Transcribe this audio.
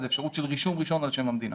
אפשרות של רישום ראשון על שם המדינה.